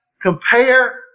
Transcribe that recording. compare